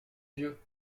vieux